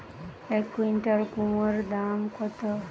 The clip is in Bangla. এক কুইন্টাল কুমোড় দাম কত?